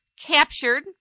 Captured